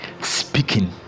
speaking